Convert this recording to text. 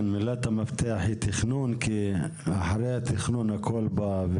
כן, מילת המפתח היא תכנון כי אחרי התכנון הכל בא.